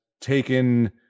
taken